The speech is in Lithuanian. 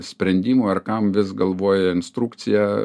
sprendimui ar kam vis galvoja instrukciją